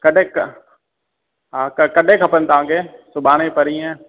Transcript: कॾे क हा क कॾे खपनि तव्हांखे सुभाणे परींहं